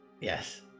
yes